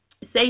say